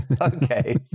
Okay